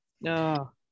No